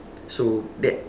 so that